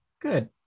Good